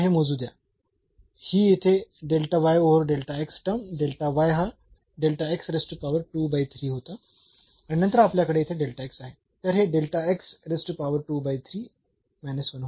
तर मला हे मोजू द्या ही येथे टर्म हा होता आणि नंतर आपल्याकडे येथे आहे